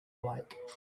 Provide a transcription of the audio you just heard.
lake